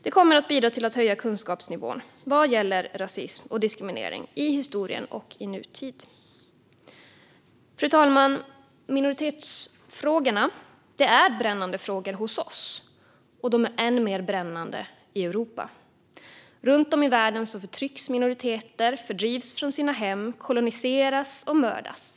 Det kommer att bidra till att höja kunskapsnivån vad gäller rasism och diskriminering - i historien och i nutid. Fru talman! Minoritetsfrågorna är brännande frågor hos oss, och de är än mer brännande i Europa. Runt om i världen förtrycks minoriteter. De fördrivs från sina hem, koloniseras och mördas.